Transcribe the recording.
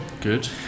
Good